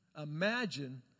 Imagine